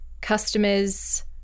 customers